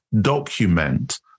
document